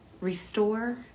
restore